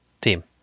team